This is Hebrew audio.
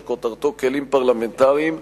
שכותרתו "כלים פרלמנטריים",